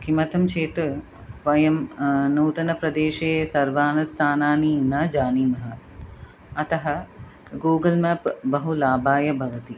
किमर्थं चेत् वयं नूतनप्रदेशे सर्वान् स्थानानि न जानीमः अतः गूगल् माप् बहु लाभाय भवति